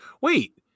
Wait